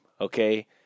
okay